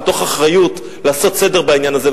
מתוך אחריות לעשות סדר בעניין הזה,